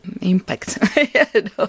impact